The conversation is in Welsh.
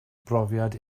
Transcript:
brofiad